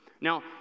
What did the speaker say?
Now